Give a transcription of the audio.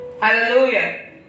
Hallelujah